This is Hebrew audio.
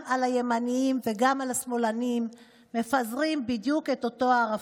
גם על הימנים וגם על השמאלנים מפזרים בדיוק את אותו הערפל,